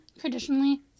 traditionally